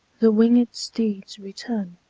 the winged steeds return